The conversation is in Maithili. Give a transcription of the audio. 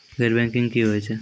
गैर बैंकिंग की होय छै?